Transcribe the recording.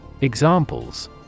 Examples